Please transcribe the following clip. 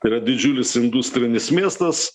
yra didžiulis industrinis miestas